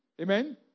Amen